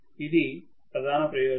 ఇది ప్రధాన ప్రయోజనం